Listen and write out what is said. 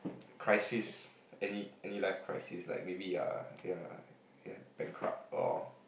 crisis any any life crisis like maybe you're you're you're bankrupt or